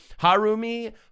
Harumi